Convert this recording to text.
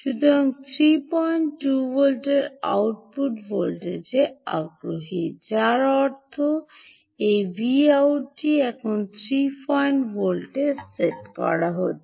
আপনি ৩২ ভোল্টের আউটপুট ভোল্টেজে আগ্রহী যার অর্থ এই ভুটটি এখন ৩২ ভোল্টে সেট করা আছে